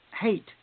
Hate